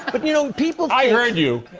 but you know, people. i heard you.